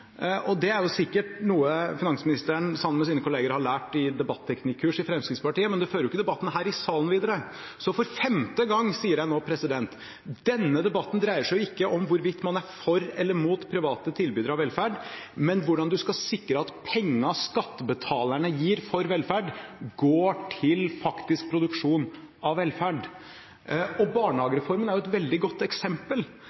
Det er sikkert noe finansministeren sammen med sine kolleger har lært på kurs i debatteknikk i Fremskrittspartiet, men det fører ikke debatten her i salen videre. Så for femte gang sier jeg nå: Denne debatten dreier seg ikke om hvorvidt man er for eller mot private tilbydere av velferd, men hvordan man skal sikre at pengene skattebetalerne gir for velferd, går til faktisk produksjon av velferd.